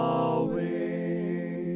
away